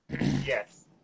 Yes